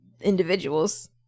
individuals